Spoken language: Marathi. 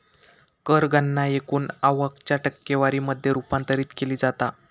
कर गणना एकूण आवक च्या टक्केवारी मध्ये रूपांतरित केली जाता